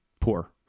poor